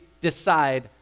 decide